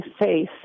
face